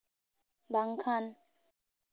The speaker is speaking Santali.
ᱵᱟᱝᱠᱷᱟᱱ